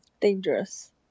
dangerous